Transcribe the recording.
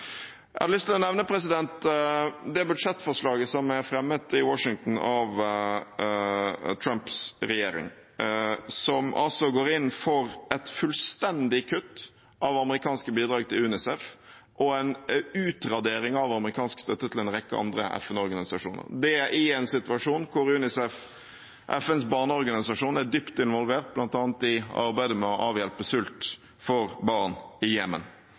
Jeg har lyst til å nevne det budsjettforslaget som er fremmet i Washington av Trumps regjering, hvor man går inn for et fullstendig kutt av amerikanske bidrag til UNICEF og en utradering av amerikansk støtte til en rekke andre FN-organisasjoner – det i en situasjon der UNICEF, FNs barneorganisasjon, er dypt involvert, bl.a. i arbeidet med å avhjelpe sult blant barn i